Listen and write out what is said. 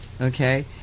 Okay